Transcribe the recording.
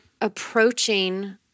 approaching